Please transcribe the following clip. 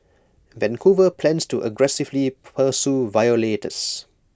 Vancouver plans to aggressively pursue violators